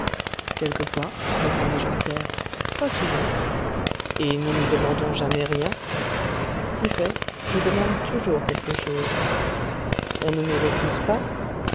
quelquefois répondit jean pierre pas souvent et nous ne demandons jamais rien si fait je demande toujours quelque chose on ne nous refuse pas